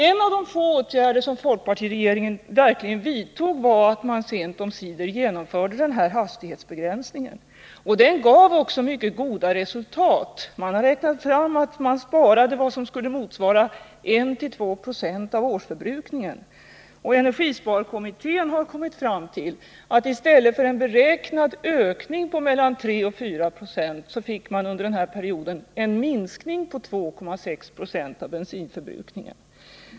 En av de få åtgärder som folkpartiregeringen verkligen vidtog var att man sent omsider genomförde hastighetsbegränsningen. Den gav också mycket goda resultat. Man har räknat fram att det sparades vad som skulle motsvara 1-2 90 av årsförbrukningen. Energisparkommittén har kommit fram till att i stället för en beräknad ökning på mellan 3 och 4 96 fick man under denna period en minskning på 2,6 70 av bensinförbrukningen.